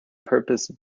purpose